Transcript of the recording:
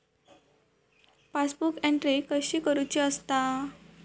Passbook entry कशी करुची असता?